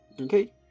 Okay